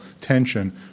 tension